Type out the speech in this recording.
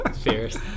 fierce